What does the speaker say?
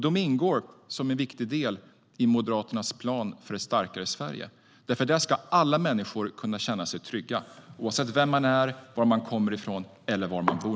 De ingår som en viktig del i Moderaternas plan för ett starkare Sverige där alla människor ska kunna känna sig trygga, oavsett vem man är, var man kommer ifrån eller var man bor.